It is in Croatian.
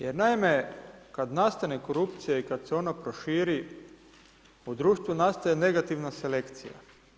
Jer naime, kad nastane korupcija i kad se ona proširi, u društvu nastaje negativna selekcija.